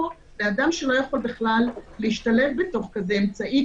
או לאדם שלא יכול בכלל להשתלב באמצעי כזה,